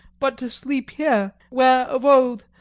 but to sleep here, where, of old,